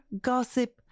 gossip